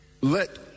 let